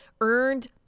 earned